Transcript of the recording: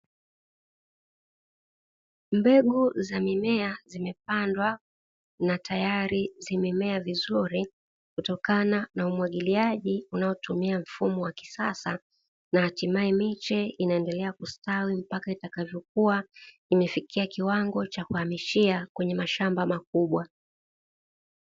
Mbegu za mimea zimepandwa na tayari zimemea vizuri kutokana na umwagiliaji unaotumia mfumo wa kisasa, na hatimaye miche inaendelea kustawi mpaka itakapokuwa imefikia kiwango cha kuhamishia kwenye mashamba makubwa.